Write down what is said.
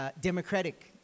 democratic